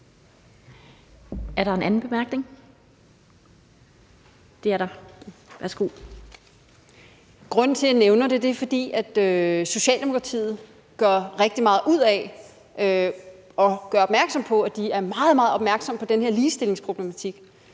Grunden til, at jeg nævner det, er, at Socialdemokratiet gør rigtig meget ud af at fortælle, at de er meget, meget opmærksomme på den her ligestillingsproblematik,